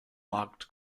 markt